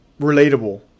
relatable